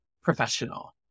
professional